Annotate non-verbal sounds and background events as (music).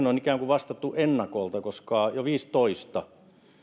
(unintelligible) on ikään kuin vastattu ennakolta koska jo vuonna viisitoista